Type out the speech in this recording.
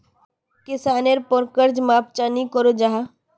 किसानेर पोर कर्ज माप चाँ नी करो जाहा?